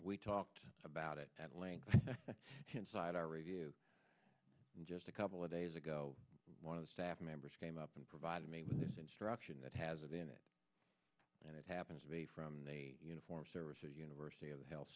we talked about it at length side our review just a couple of days ago one of the staff members came up and provided me with this instruction that has it in it and it happens to be from the uniformed services university of health